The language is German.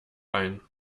ein